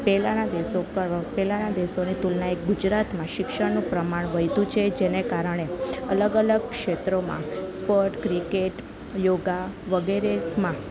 પહેલાંના દેશો પહેલાંના દેશોની તુલનાએ ગુજરાતમાં શિક્ષણનું પ્રમાણ વધ્યું છે જેને કારણે અલગ અલગ ક્ષેત્રોમાં સ્પોર્ટ ક્રિકેટ યોગા વગેરેમાં